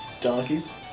Donkeys